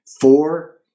four